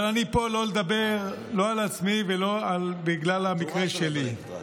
אבל אני פה לדבר לא על עצמי ולא בגלל המקרה שלי.